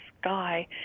sky